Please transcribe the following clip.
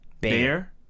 Bear